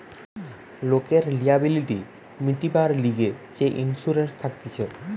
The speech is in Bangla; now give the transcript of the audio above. লোকের লিয়াবিলিটি মিটিবার লিগে যে ইন্সুরেন্স থাকতিছে